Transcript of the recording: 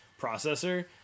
processor